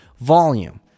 volume